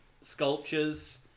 sculptures